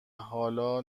حالا